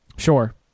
Sure